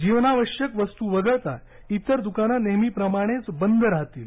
जीवनावश्यक वस्तू वगळता इतर दुकानं नेहमीप्रमाणेच बंद राहतील